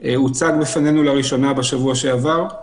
הוצג בפנינו לראשונה בשבוע שעבר.